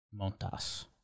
Montas